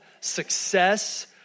success